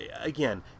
again